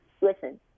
listen